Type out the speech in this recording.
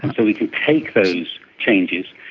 and so we can take those changes,